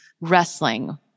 wrestling